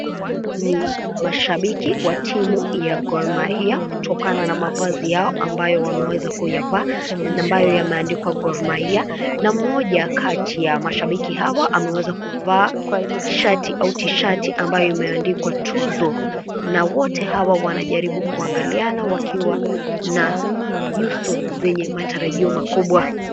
Hawa ni mashabiki wa timu ya Gor Mahia kutokana na mavazi yao ambayo wameweza kuyavaa, ambayo yameandikwa Gor Mahia. Na mmoja kati ya mashabiki hawa ameweza kuvaa shati au tishati ambayo imeandikwa TUZO, na wote hawa wanajaribu kuangaliana wakiwa na nyuso zenye matarajio makubwa.